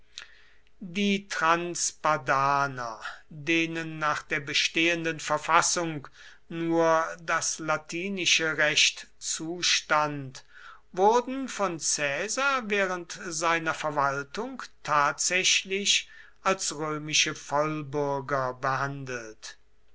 die transpadaner denen nach der bestehenden verfassung nur das latinische recht zustand wurden von caesar während seiner verwaltung tatsächlich als römische vollbürger behandelt